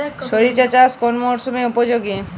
সরিষা চাষ কোন মরশুমে উপযোগী?